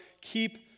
keep